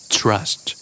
trust